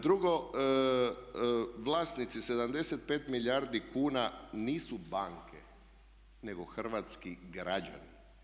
Drugo, vlasnici 75 milijardi kuna nisu banke nego hrvatski građani.